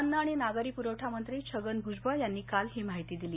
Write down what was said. अन्न आणि नागरी पुरवठा मंत्री छगन भुजबळ यांनी काल ही माहिती दिली